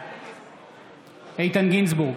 בעד איתן גינזבורג,